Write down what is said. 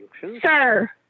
sir